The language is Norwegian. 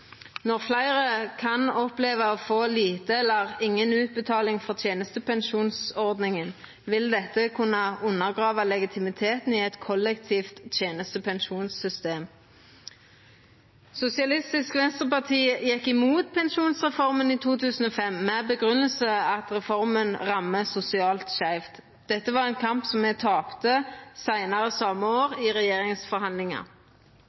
Når fleire kan oppleva å få lite eller inga utbetaling frå tenestepensjonsordninga, vil dette kunna undergrava legitimiteten i eit kollektivt tenestepensjonssystem. Sosialistisk Venstreparti gjekk imot pensjonsreforma i 2005 med grunngjevinga at reforma rammar sosialt skeivt. Dette var ein kamp me tapte seinare same